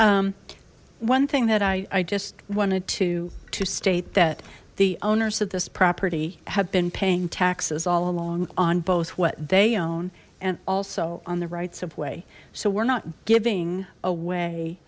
here one thing that i just wanted to state that the owners of this property have been paying taxes all along on both what they own and also on the rights of way so we're not giving away